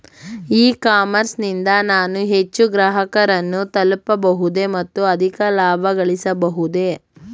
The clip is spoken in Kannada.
ಇ ಕಾಮರ್ಸ್ ನಿಂದ ನಾನು ಹೆಚ್ಚು ಗ್ರಾಹಕರನ್ನು ತಲುಪಬಹುದೇ ಮತ್ತು ಅಧಿಕ ಲಾಭಗಳಿಸಬಹುದೇ?